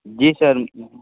जी sir